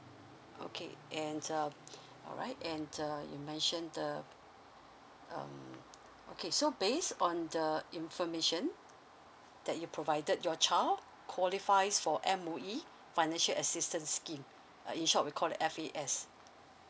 okay and uh alright and uh you mentioned the um okay so based on the information that you provided your child qualifies for M_O_E financial assistance scheme uh in short we called it F_A_S